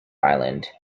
island